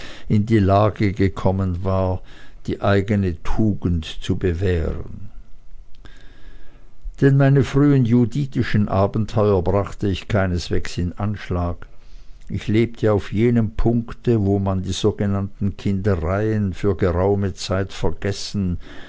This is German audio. in die lage gekommen war die eigene tugend zu bewähren denn meine frühen judithischen abenteuer brachte ich keineswegs in anschlag ich lebte auf jenem punkte wo man die sogenannten kindereien für geraume zeit vergessen